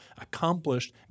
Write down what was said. accomplished